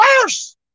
worse